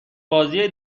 بازی